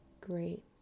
Great